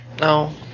No